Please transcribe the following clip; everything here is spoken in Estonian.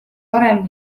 varem